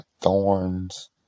thorns